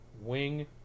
Wing